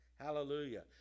Hallelujah